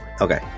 okay